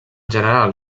general